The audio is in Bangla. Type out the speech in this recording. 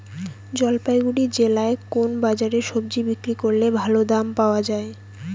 জলপাইগুড়ি জেলায় কোন বাজারে সবজি বিক্রি করলে ভালো দাম পাওয়া যায়?